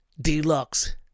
Deluxe